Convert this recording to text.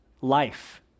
life